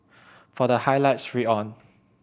for the highlights read on